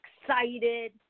excited